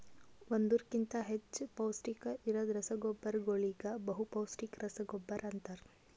ಒಂದುರ್ ಕಿಂತಾ ಹೆಚ್ಚ ಪೌಷ್ಟಿಕ ಇರದ್ ರಸಗೊಬ್ಬರಗೋಳಿಗ ಬಹುಪೌಸ್ಟಿಕ ರಸಗೊಬ್ಬರ ಅಂತಾರ್